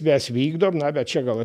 mes vykdom na bet čia gal